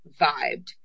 vibed